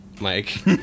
Mike